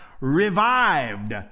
revived